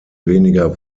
weniger